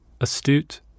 astute